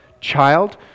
Child